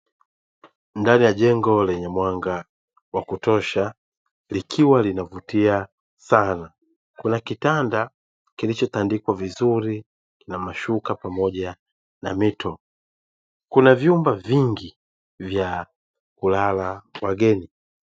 Ndani ye jengo lenye mwanga wa kutosha, likiwa linavutia sana kuna kitanda kilichotandikwa vizuri na mashuka pamoja na mito kuna vyumba vingi vya kulala wageni.